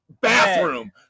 bathroom